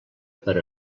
per